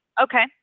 Okay